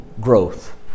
growth